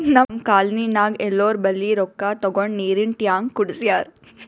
ನಮ್ ಕಾಲ್ನಿನಾಗ್ ಎಲ್ಲೋರ್ ಬಲ್ಲಿ ರೊಕ್ಕಾ ತಗೊಂಡ್ ನೀರಿಂದ್ ಟ್ಯಾಂಕ್ ಕುಡ್ಸ್ಯಾರ್